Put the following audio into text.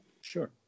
Sure